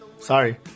Sorry